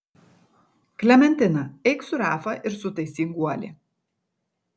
klementina eik su rafa ir sutaisyk guolį